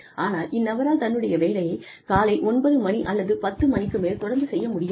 ஆனால் இந்நபரால் தன்னுடைய வேலையை காலை 9 மணி அல்லது 10 மணிக்கு மேல் தொடர்ந்து செய்ய முடியாது